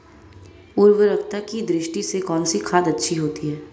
उर्वरकता की दृष्टि से कौनसी खाद अच्छी होती है?